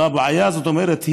זאת אומרת, הבעיה כפולה.